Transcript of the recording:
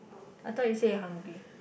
I thought you say you hungry